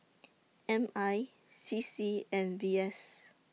M I C C and V S